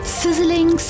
sizzling